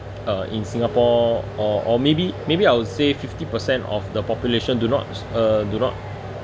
uh in singapore or or maybe maybe I would say fifty percent of the population do not uh do not